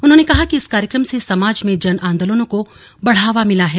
उन्होंने कहा कि इस कार्यक्रम से समाज में जन आंदोलनों को बढ़ावा मिला है